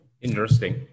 Interesting